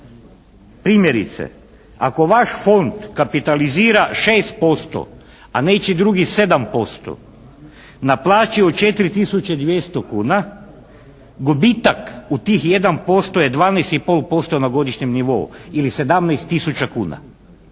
Primjerice, ako vaš fond kapitalizira 6% a nečiji drugi 7%, na plaći od 4 tisuće 200 kuna, gubitak od tih 1% je 12,5% na godišnjem nivou ili 17 tisuća kuna.